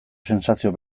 sentsazio